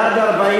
40 בעד,